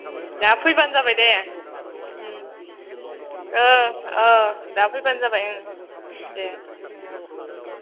दा फैबानो जाबाय दे ओं ओं दा फैबानो जाबाय ओं दे